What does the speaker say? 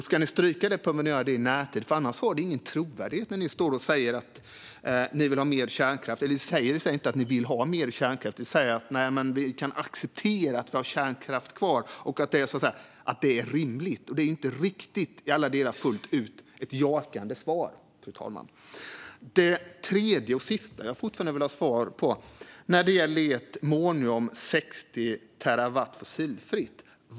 Ska ni stryka det behöver ni göra det i närtid, för annars har det ingen trovärdighet när ni står och säger att ni vill ha mer kärnkraft. Fast ni säger i och för sig inte att ni vill ha mer kärnkraft, utan ni säger att ni kan acceptera att vi har kärnkraft kvar - att det är rimligt. Det är inte riktigt, i alla delar och fullt ut, ett jakande svar, fru talman. Det tredje och sista jag fortfarande vill ha svar på gäller ert mål om 60 terawattimmar fossilfritt.